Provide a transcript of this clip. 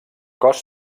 cos